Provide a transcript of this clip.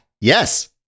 Yes